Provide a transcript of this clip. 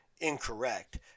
incorrect